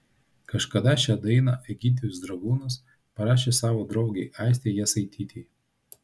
kažkada šią dainą egidijus dragūnas parašė savo draugei aistei jasaitytei